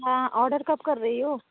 हाँ ऑर्डर कब कर रही हो